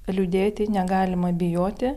liūdėti negalima bijoti